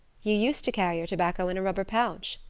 you used to carry your tobacco in a rubber pouch,